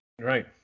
Right